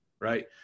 right